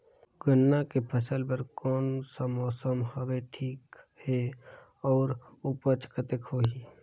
गन्ना के फसल बर कोन सा मौसम हवे ठीक हे अउर ऊपज कतेक होही?